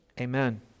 Amen